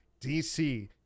dc